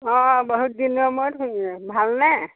অঁ বহুত দিনৰ মূৰত শুনিলো ভালনে